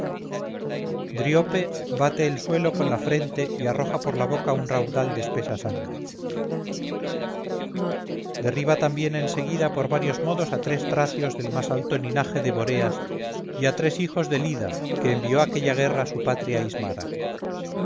vital driope bate el suelo con la frente y arroja por la boca un raudal de espesa sangre derriba también en seguida por varios modos a tres tracios del más alto linaje de boreas y a tres hijos del ida que envió a aquella guerra su patria ismara